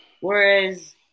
Whereas